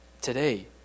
Today